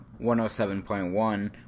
107.1